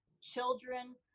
children